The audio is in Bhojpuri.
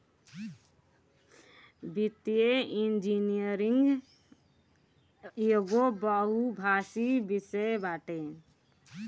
वित्तीय इंजनियरिंग एगो बहुभाषी विषय बाटे